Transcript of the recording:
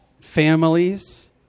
families